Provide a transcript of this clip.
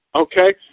Okay